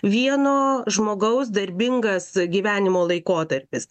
vieno žmogaus darbingas gyvenimo laikotarpis